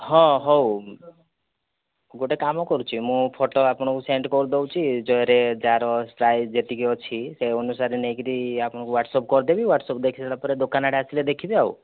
ହଁ ହେଉ ଗୋଟିଏ କାମ କରୁଛି ମୁଁ ଫୋଟୋ ଆପଣଙ୍କୁ ସେଣ୍ଡ କରିଦେଉଛି ଯାହାର ପ୍ରାଇସ୍ ଯେତିକି ଅଛି ସେହି ଅନୁସାରେ ନେଇକରି ଆପଣଙ୍କୁ ୱାଟସପ୍ କରିଦେବି ୱାଟସପ୍ ଦେଖିସାରିବା ପରେ ଦୋକାନ ଆସିଲେ ଦେଖିବେ ଆଉ